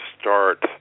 start